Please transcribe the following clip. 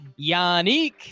Yannick